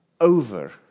over